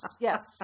yes